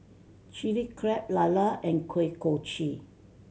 Chilli Crab lala and Kuih Kochi